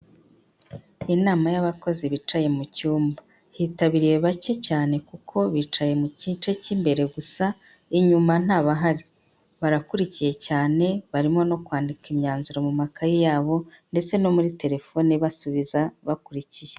Inama y'abakozi bicaye mu cyumba. Hitabiriye bake cyane kuko bicaye mu gice cy'imbere gusa, inyuma ntabahari. Barakurikiye cyane, barimo no kwandika imyanzuro mu makaye yabo, ndetse no muri telefone basubiza, bakurikiye.